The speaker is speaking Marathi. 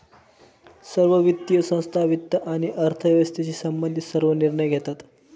सर्व वित्तीय संस्था वित्त आणि अर्थव्यवस्थेशी संबंधित सर्व निर्णय घेतात